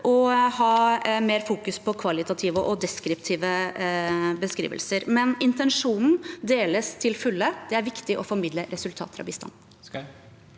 og fokusere mer på kvalitative og deskriptive beskrivelser. Intensjonen deles likevel til fulle: Det er viktig å formidle resultater av bistanden.